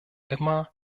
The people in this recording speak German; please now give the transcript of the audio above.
immer